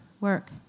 work